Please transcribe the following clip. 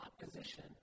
opposition